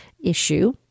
issue